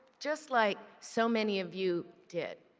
just like so many of you did.